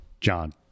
John